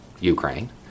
Ukraine